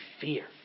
fear